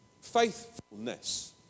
faithfulness